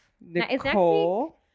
nicole